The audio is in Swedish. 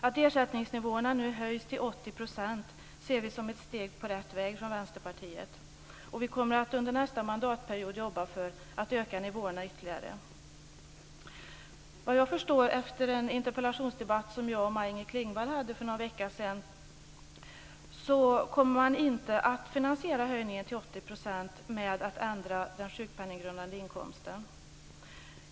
Att ersättningsnivåerna nu höjs till 80 % ser vi i Vänsterpartiet som ett steg på rätt väg. Vi kommer att under nästa mandatperiod jobba för att öka nivåerna ytterligare. Efter vad jag förstår av den interpellationsdebatt som jag och Maj-Inger Klingvall förde för någon vecka sedan kommer inte höjningen till 80 % att finansieras med ändring av den sjukpenninggrundande inkomsten.